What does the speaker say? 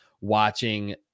watching